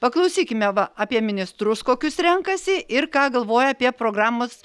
paklausykime va apie ministrus kokius renkasi ir ką galvoja apie programos